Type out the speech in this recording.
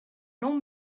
long